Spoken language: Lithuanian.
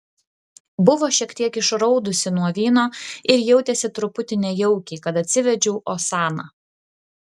buvo šiek tiek išraudusi nuo vyno ir jautėsi truputį nejaukiai kad atsivedžiau osaną